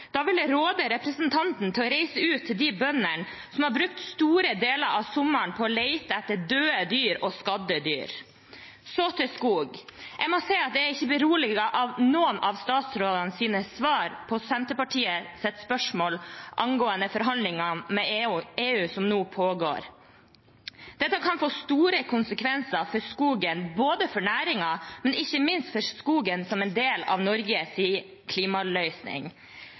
Da vil jeg råde representanten til å reise ut til de bøndene som har brukt store deler av sommeren på å lete etter døde og skadde dyr. Så til skog: Jeg må si at jeg ikke er beroliget av noen av statsrådenes svar på Senterpartiets spørsmål angående forhandlingene med EU som nå pågår. Dette kan få store konsekvenser for skogen, både for næringen og ikke minst for skogen som en del av Norges klimaløsning.